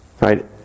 Right